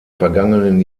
vergangenen